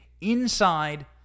inside